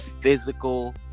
physical